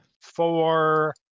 Four